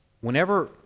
Whenever